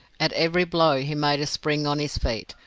at every blow he made a spring on his feet,